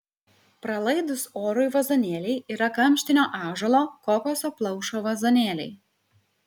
pralaidūs orui vazonėliai yra kamštinio ąžuolo kokoso plaušo vazonėliai